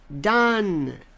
Done